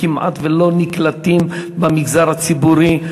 כמעט לא נקלטים במגזר הציבורי.